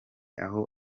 aho